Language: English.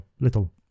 little